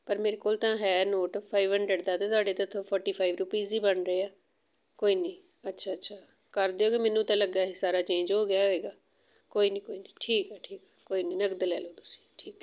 ਪਰ ਮੇਰੇ ਕੋਲ ਤਾਂ ਹੈ ਨੋਟ ਫਾਈਵ ਹੰਡਰਡ ਦਾ ਅਤੇ ਤੁਹਾਡੇ ਤਾਂ ਇੱਥੇ ਫੋਰਟੀ ਫਾਈਵ ਰੁਪਈਸ ਹੀ ਬਣ ਰਹੇ ਆ ਕੋਈ ਨਹੀਂ ਅੱਛਾ ਅੱਛਾ ਕਰ ਦਿਓ ਅਤੇ ਮੈਨੂੰ ਤਾਂ ਲੱਗਾ ਸੀ ਸਾਰਾ ਚੇਂਜ ਹੋ ਗਿਆ ਹੋਏਗਾ ਕੋਈ ਨਹੀਂ ਕੋਈ ਨਹੀਂ ਠੀਕ ਆ ਠੀਕ ਆ ਕੋਈ ਨਹੀਂ ਨਕਦ ਲੈ ਲਓ ਤੁਸੀਂ ਠੀਕ